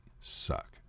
suck